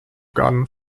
gone